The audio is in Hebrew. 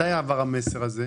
מתי עבר המסר הזה?